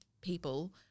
people